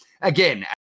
again